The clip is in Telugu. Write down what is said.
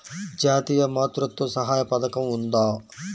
జాతీయ మాతృత్వ సహాయ పథకం ఉందా?